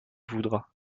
voudras